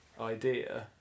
idea